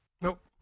Nope